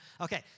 Okay